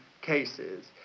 cases